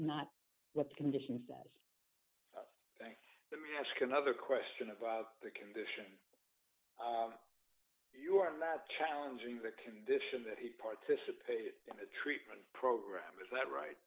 not what condition says to me ask another question about the condition you are not challenging the condition that he participated in the treatment program is that right